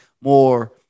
more